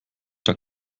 der